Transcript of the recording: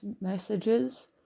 messages